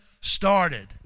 started